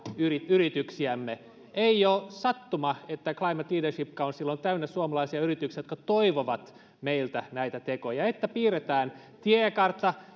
yrityksiämme ei ole sattuma että climate leadership council on täynnä suomalaisia yrityksiä jotka toivovat meiltä näitä tekoja että piirretään tiekartta